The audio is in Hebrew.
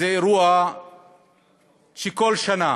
זה אירוע שכל שנה